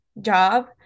job